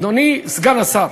אדוני סגן השר,